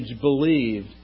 believed